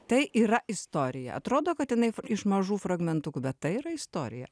tai yra istorija atrodo kad jinai iš mažų fragmentukų bet tai yra istorija